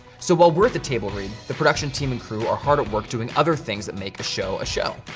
so while we're at the table read, the production team and crew are hard at work doing other things that make a show a show.